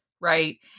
right